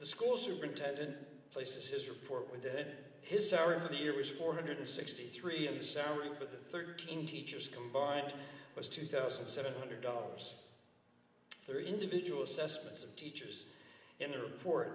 the school superintendent places his report with it his hour of the year was four hundred sixty three of salary for the thirteen teachers combined was two thousand seven hundred dollars three individuals assessments of teachers in the report